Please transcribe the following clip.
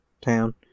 town